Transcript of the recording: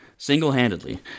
single-handedly